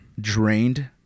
drained